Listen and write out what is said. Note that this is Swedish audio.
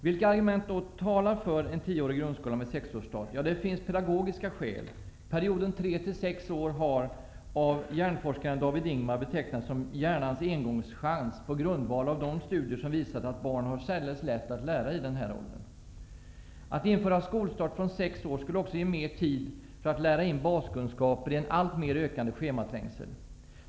Vilka argument talar då för en tioårig grundskola med sexårsstart? Ja, det finns pedagogiska skäl. Ingvar betecknats som ''hjärnans engångschans'', på grundval av studier som visat att barn har särdeles lätt att lära i den åldern. Att införa skolstart från sex år skulle också ge mer tid för att lära in baskunskaper i en alltmer ökande schematrängsel.